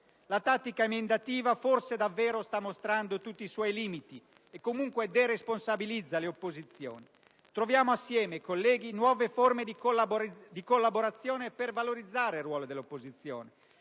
La tattica emendativa forse davvero sta mostrando tutti i suoi limiti e comunque deresponsabilizza le opposizioni. Troviamo assieme, colleghi, nuove forme di collaborazione per valorizzare il ruolo dell'opposizione,